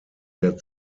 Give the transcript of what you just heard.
der